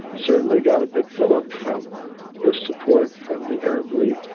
certainly got a big fillip from the support from the arab league.